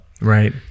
right